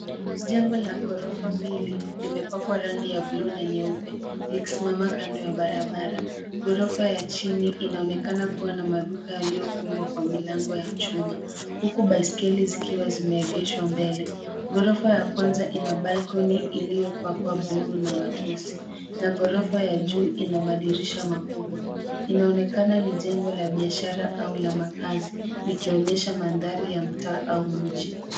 Jengo la ghorofa mbili limepakwa rangi ya buluu na nyeupe, likisimama kando ya barabara. Ghorofa ya chini inaonekana kuwa na maduka yaliyofungwa kwa milango ya chuma, huku baiskeli zikiwa zimeegeshwa mbele. Ghorofa ya kwanza ina (cs) balcony (cs) iliyopakwa buluu na matusi. Na ghorofa ya juu ina madirisha makubwa. Inaonekana ni jengo la biashara au makazi likionyesha mandhari ya mtaa au mji.